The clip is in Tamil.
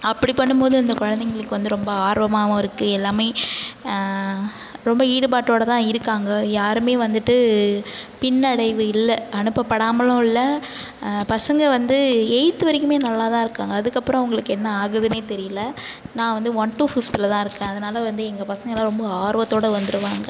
அப்படி பண்ணும்போது இந்த குழந்தைங்களுக்கு வந்து ரொம்ப ஆர்வமாகவும் இருக்கு எல்லாமே ரொம்ப ஈடுபாட்டோட தான் இருக்காங்க யாருமே வந்துவிட்டு பின்னடைவு இல்லை அனுப்பப்படாமலும் இல்லை பசங்க வந்து எயித் வரைக்குமே நல்லா தான் இருக்காங்க அதுக்கப்பற அவங்களுக்கு என்ன ஆகுதுனே தெரியலை நான் வந்து ஒன் டூ ஃபிஃத்தில் தான் இருக்கேன் அதனால் வந்து எங்கள் பசங்கலாம் ரொம்ப ஆர்வத்தோட வந்துருவாங்க